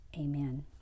Amen